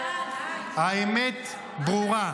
--- האמת ברורה.